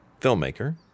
filmmaker